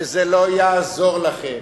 וזה לא יעזור לכם.